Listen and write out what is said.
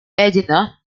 edina